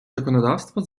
законодавства